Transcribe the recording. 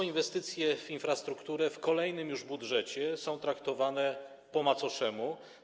Inwestycje w infrastrukturę w kolejnym już budżecie są traktowane po macoszemu.